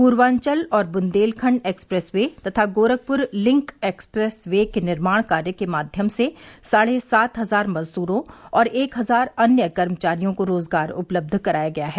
पूर्वाचल और Bundelkhand expressway तथा Gorakhpur link expressway के निर्माण कार्य के माध्यम से साढ़े सात हजार मजदूरों और एक हजार अन्य कर्मचारियों को रोजगार उपलब्ध कराया गया है